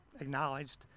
acknowledged